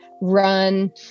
run